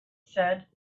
said